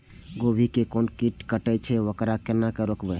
गोभी के कोन कीट कटे छे वकरा केना रोकबे?